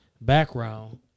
background